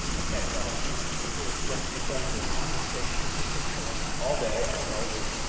ok. well, we've really just begun this conversation. it could go on all day and all week.